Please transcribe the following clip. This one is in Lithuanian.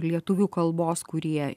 lietuvių kalbos kurie